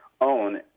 own